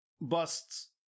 busts